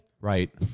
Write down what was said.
Right